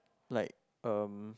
like uh